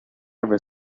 ever